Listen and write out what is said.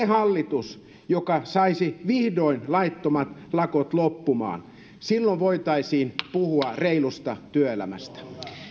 hallitus joka saisi vihdoin laittomat lakot loppumaan silloin voitaisiin puhua reilusta työelämästä